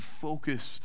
focused